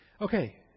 Okay